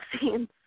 scenes